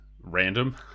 random